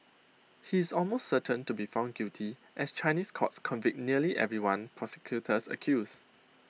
he is almost certain to be found guilty as Chinese courts convict nearly everyone prosecutors accuse